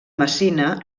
messina